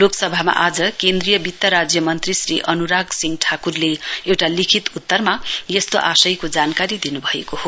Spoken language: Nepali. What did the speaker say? लोकसभामा आज केन्द्रीय वित्त राज्य मन्त्री श्री अनुराग सिंह ठाकुरले एफटा लिखित उत्तरमा यस्तो आशयको जानकारी दिनुभएको हो